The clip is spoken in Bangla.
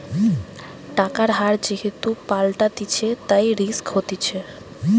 টাকার হার যেহেতু পাল্টাতিছে, তাই রিস্ক হতিছে